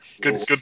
good